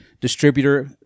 distributor